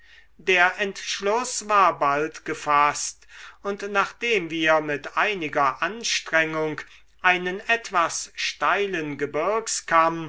der entschluß war baldge faßt und nachdem wir mit einiger anstrengung einen etwas steilen